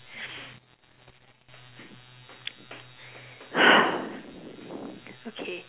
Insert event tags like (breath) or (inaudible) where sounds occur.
(breath)